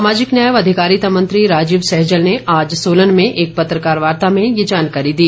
सामाजिक न्याय व अधिकारिता मंत्री राजीव सहजल ने आज सोलन में एक पत्रकार वार्ता में ये जानकारी दी